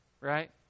right